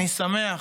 אני שמח